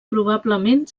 probablement